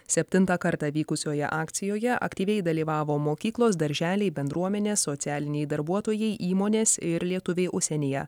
septintą kartą vykusioje akcijoje aktyviai dalyvavo mokyklos darželiai bendruomenė socialiniai darbuotojai įmonės ir lietuviai užsienyje